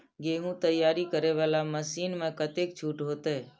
गेहूं तैयारी करे वाला मशीन में कतेक छूट होते?